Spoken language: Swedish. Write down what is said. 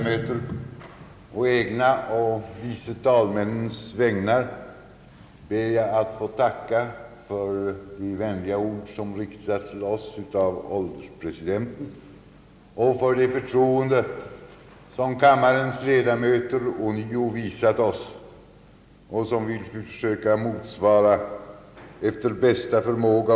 Å egna och vice talmännens vägnar ber jag att få tacka för de vänliga ord som riktats till oss av ålderspresidenten samt för det förtroende som kammarens ledamöter ånyo visat oss och som vi vill försöka motsvara efter bästa förmåga.